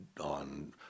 on